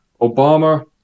Obama